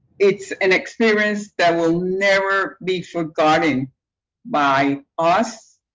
it's an experience that will never be forgotten by us,